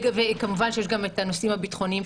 וכמובן שיש גם את הנושאים הביטחוניים,